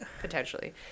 potentially